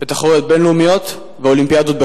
בתחרויות בין-לאומיות ובאולימפיאדות בחו"ל.